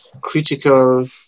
critical